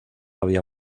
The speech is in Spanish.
había